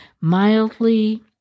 mildly